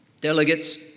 Delegates